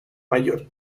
mayor